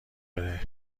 بده